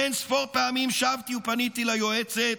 אין ספור פעמים שבתי ופניתי ליועצת,